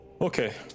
Okay